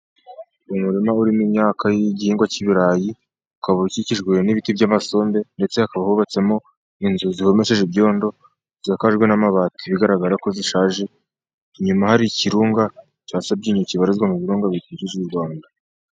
Uyu umurima urimo imyaka y'igihingwa cy'iburarayi, ukaba ukikijwe n'ibiti by'amasombe, ndetse hakaba hubatsemo inzu zihomesheje ibyondo, zisakajwe n'amabati bigaragara ko zishaje, inyuma hari ikirunga cya Sabyinyo kibarizwa mu birunga bikikije u Rwanda.